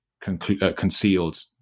concealed